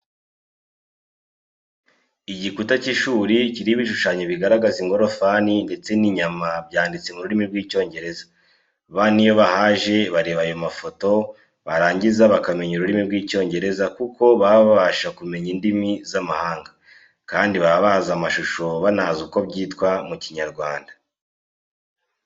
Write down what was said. Igikuta cy'ishuri kiriho ibishushanyo bigaragaza ingorofani ndetse n'inyama byanditse mu rurimi rw'icyongereza, abana iyo bahaje bareba aya mafoto barangiza bakamenya ururimi rw'Icyongereza kuko baba babasha kumenya indimi z'amahanga, kandi baba bazi amashusho banazi uko byitwa mu Kinyarwanda.